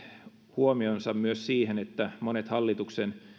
huomionsa myös siihen että monet hallituksen